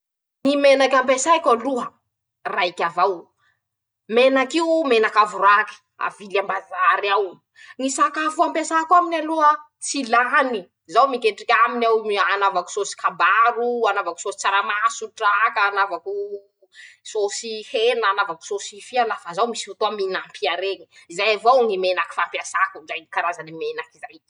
Ñy menaky ampiasaiko aloha raiky avao, menak'io menak'avoraky, avily am-bazary ao, ñy sakafo ampiasako aminy aloha tsy lany, zaho miketriky aminy aho mm anaovako sôsy kabaro, anaovako sôsy tsaramaso, traka, anaovakoo sôsy hena, anaovako fia lafa zao misy fotoa minam-pia reñy, zay avao ñy menaky fampiasako zay karazany menaky zay.